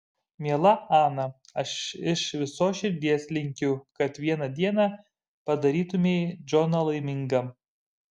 miela ana aš iš visos širdies linkiu kad vieną dieną padarytumei džoną laimingą